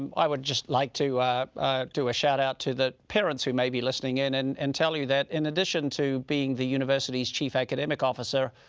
um i would just like to do a shout out to the parents who may be listening in and and tell you that, in addition to being the university's chief academic officer,